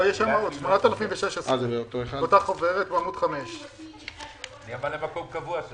עוברים לפנייה 8016. אני מבקשת אני מבקשת